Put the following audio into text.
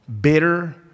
bitter